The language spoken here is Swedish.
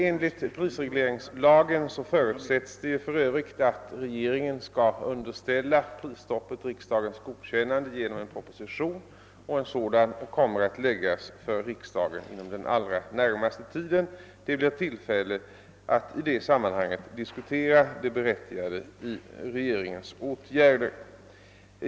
Enligt prisregleringslagen förusätts det för övrigt att regeringen skall underställa prisstoppet riksdagens godkännande genom en proposition, och en sådan kommer att framläggas för riksdagen inom den allra närmaste tiden. Det blir tillfälle att i det sammanhanget diskutera det berättigade i regeringens åtgärder.